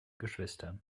geschwister